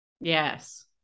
Yes